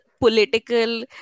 political